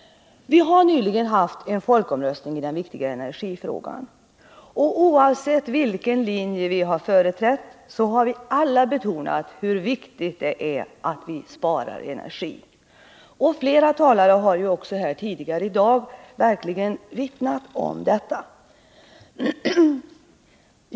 Det har nyligen genomförts en folkomröstning i den viktiga energifrågan. Oavsett vilken linje man har företrätt har alla betonat hur viktigt det är att spara energi. Flera talare har också tidigare här i dag verkligen vitsordat betydelsen av detta.